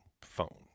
phone